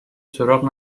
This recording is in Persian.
سراغ